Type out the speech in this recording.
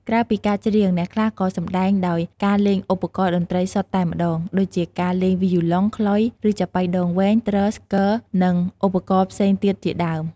ក្រៅពីការច្រៀង អ្នកខ្លះក៏សម្ដែងដោយការលេងឧបករណ៍តន្ត្រីសុទ្ធតែម្ដង ដូចជាការលេងវីយូឡុង ខ្លុយ ឬចាបុីដងវែង ទ្រ ស្គ និងឧបករណ៍ផ្សេងទៀតជាដើម។